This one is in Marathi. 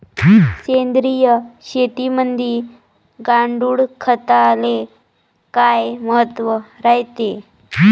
सेंद्रिय शेतीमंदी गांडूळखताले काय महत्त्व रायते?